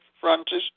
Francis